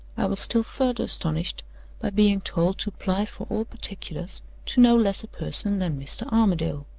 i was still further astonished by being told to apply for all particulars to no less a person than mr. armadale.